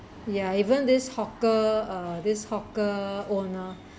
ya even this hawker uh this hawker owner